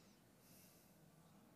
למשפחות פשע.